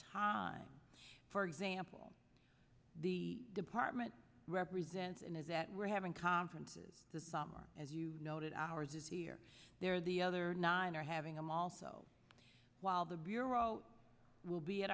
time for example the department represents and that we're having conferences the summer as you noted ours is here there the other nine are having i'm also while the bureau will be at